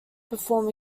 perform